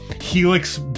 Helix